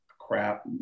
crap